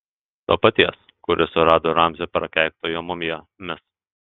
to paties kuris surado ramzio prakeiktojo mumiją mis